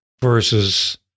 versus